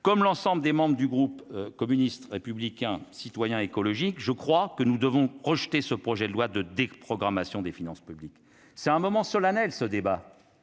comme l'ensemble des membres du groupe communiste, républicain, citoyen, écologique, je crois que nous devons rejeter ce projet de loi de DEC, programmation des finances publiques, c'est un moment solennel, ce débat,